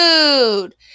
food